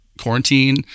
quarantine